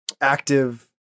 active